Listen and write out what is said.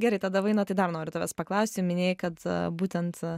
gerai tada vainotai dar noriu tavęs paklausti jau minėjai kad būtent